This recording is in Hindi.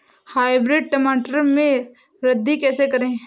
हाइब्रिड टमाटर में वृद्धि कैसे करें?